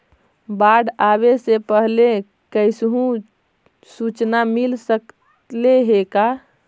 बाढ़ आवे से पहले कैसहु सुचना मिल सकले हे का?